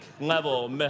level